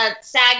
SAG